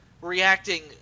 reacting